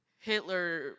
Hitler